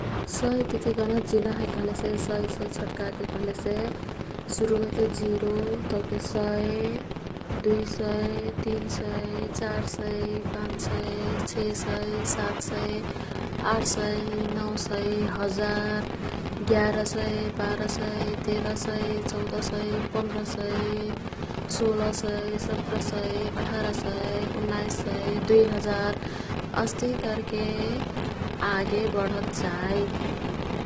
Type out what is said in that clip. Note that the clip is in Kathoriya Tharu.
सयतिती गनत जिनाहे कह्लेसे सय, सय छट्काके कह्लेसे सुरुमेते जिरो तौके एक सउ, दुई सउ, तिन सउ, चार सउ, पाँच सउ, छे सउ, सात सउ, आठ सउ, नौं सउ, एक हजार, एक हजार एक सउ, एक हजार दुई सउ, एक हजार तिन सउ, एक हजार चार सउ, एक हजार पाँच सउ, एक हजार छे सउ, एक हजार सात सउ, एक हजार आठ सउ, एक हजार नौं सउ, दुई हजार अस्तिही कर्के आगे बढत्जाई।